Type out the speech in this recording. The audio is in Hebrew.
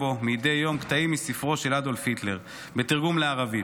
בו מדי יום קטעים מספרו של אדולף היטלר בתרגום לערבית.